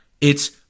it's-